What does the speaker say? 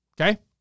okay